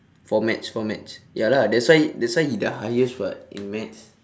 for maths for maths ya lah that's why that's why he the highest [what] in maths